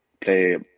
play